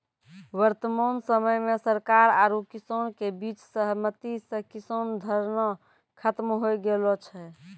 वर्तमान समय मॅ सरकार आरो किसान के बीच सहमति स किसान धरना खत्म होय गेलो छै